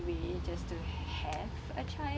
way just to have a child